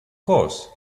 course